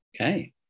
okay